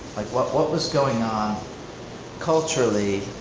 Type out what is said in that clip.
what what was going on culturally,